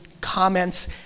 comments